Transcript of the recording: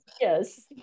yes